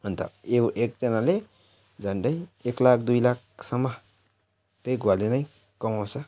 अन्त एउ एकजनाले झन्डै एक लाख दुई लाखसम्म त्यही गुवाले नै कमाउँछ